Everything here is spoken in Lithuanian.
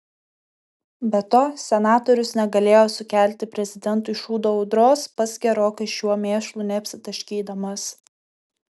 be to senatorius negalėjo sukelti prezidentui šūdo audros pats gerokai šiuo mėšlu neapsitaškydamas